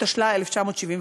התשל"ה 1975,